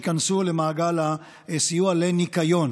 ייכנסו למעגל הסיוע לניקיון.